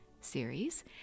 series